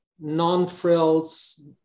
non-frills